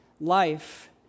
life